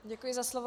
Děkuji za slovo.